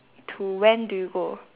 to when do you go